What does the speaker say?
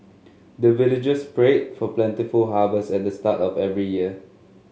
the villagers pray for plentiful harvest at the start of every year